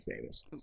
famous